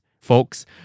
Folks